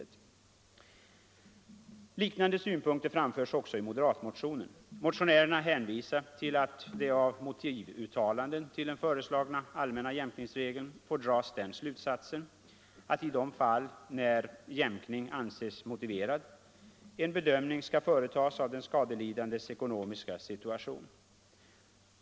Motionärerna hänvisar till att det av motivuttalanden till den föreslagna allmänna jämkningsregeln får dras den slutsatsen att, i de fall där jämkning anses motiverad, en bedömning skall företas av den skadelidandes ekonomiska situation.